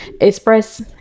express